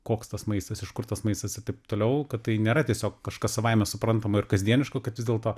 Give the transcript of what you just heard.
koks tas maistas iš kur tas maistas ir taip toliau kad tai nėra tiesiog kažkas savaime suprantamo ir kasdieniško kad vis dėlto